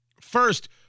First